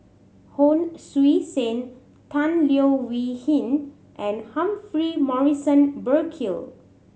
Hon Sui Sen Tan Leo Wee Hin and Humphrey Morrison Burkill